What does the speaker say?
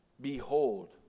Behold